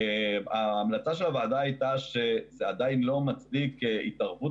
ההמלצה של הוועדה הייתה שעדיין לא מספיקה התערבות